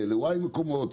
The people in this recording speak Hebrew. ל-Y מקומות,